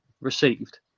received